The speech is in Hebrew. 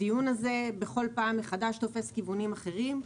הדיון הזה כל פעם מחדש תופס כיוונים אחרים.